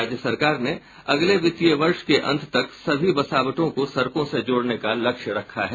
राज्य सरकार ने अगले वित्तीय वर्ष के अंत तक सभी बसावटों को सड़कों से जोड़ने का लक्ष्य रखा है